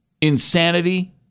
insanity